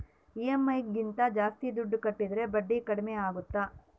EMI ಗಿಂತ ಜಾಸ್ತಿ ದುಡ್ಡು ಕಟ್ಟಿದರೆ ಬಡ್ಡಿ ಕಡಿಮೆ ಆಗುತ್ತಾ?